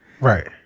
Right